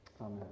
Amen